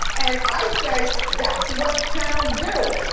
and i say that's what channels do.